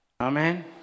amen